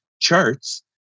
charts